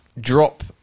drop